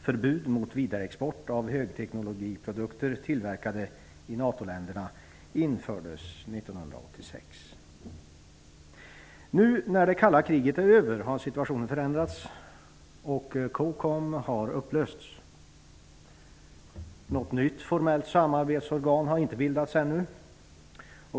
Förbud mot vidareexport av högteknologiprodukter tillverkade i NATO Nu när det kalla kriget är över har situationen förändrats, och COCOM har upplösts. Något nytt formellt samarbetsorgan har inte bildats ännu.